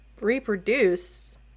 reproduce